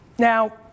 Now